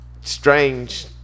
strange